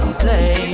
play